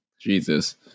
Jesus